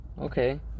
Okay